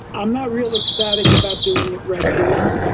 i'm not real ecstatic about doing it rectally.